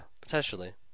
potentially